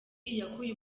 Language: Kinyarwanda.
yakuye